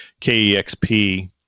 KEXP